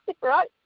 Right